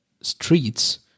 streets